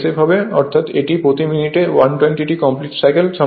অর্থাৎ এটি প্রতি মিনিটে 120 টি কমপ্লিট সাইকেল সম্পন্ন করে